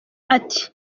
ati